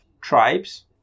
tribes